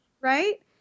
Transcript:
Right